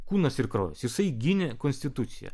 kūnas ir kraujas jisai gynė konstituciją